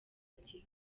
ati